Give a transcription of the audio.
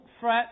fret